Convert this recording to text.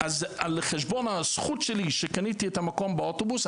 אז על חשבון הזכות שלי שקניתי את המקום באוטובוס,